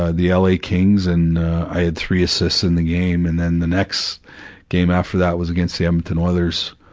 ah the ah la kings, and ah, i had three assists in the game, and then the next game after that was against the hamilton weathers,